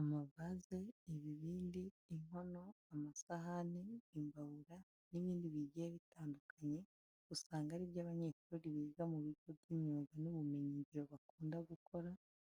Amavaze, ibibindi, inkono, amasahani, imbabura n'ibindi bigiye bitandukanye usanga ari byo abanyeshuri biga mu bigo by'imyuga n'ubumenyingiro bakunda gukora,